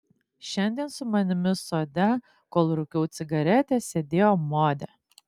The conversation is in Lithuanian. šiandien su manimi sode kol rūkiau cigaretę sėdėjo modė